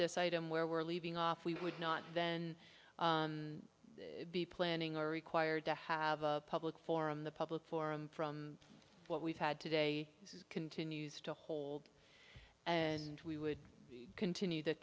this item where we're leaving off we would not then be planning or required to have a public forum the public forum from what we've had today continues to hold and we would continue t